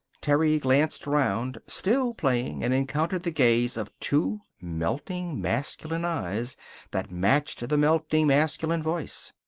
terry glanced around, still playing, and encountered the gaze of two melting masculine eyes that matched the melting masculine voice.